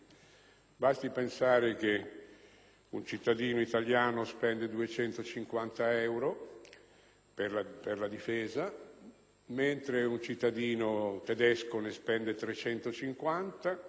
Basti pensare che un cittadino italiano spende 250 euro per la difesa, mentre un cittadino tedesco ne spende 350, un